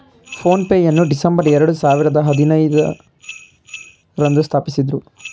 phone pay ಯನ್ನು December ಎರಡು ಸಾವಿರದ ಹದಿನೈದು ರಂದು ಸ್ಥಾಪಿಸಿದ್ದ್ರು